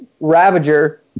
Ravager